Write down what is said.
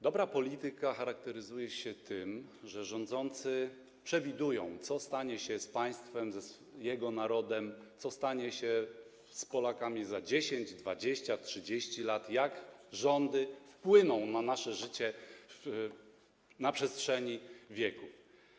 Dobra polityka charakteryzuje się tym, że rządzący przewidują, co stanie się z państwem, narodem, co stanie się z Polakami za 10, 20, 30 lat - jak rządy wpłyną na nasze życie na przestrzeni wieku.